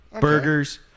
Burgers